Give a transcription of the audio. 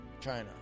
China